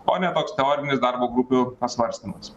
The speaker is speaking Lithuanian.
o ne toks teorinis darbo grupių pasvarstymas